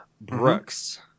Brooks